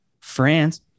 France